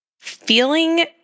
Feeling